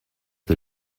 the